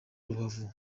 rubavu